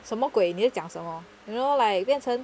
什么鬼你在讲什么 you know like 变成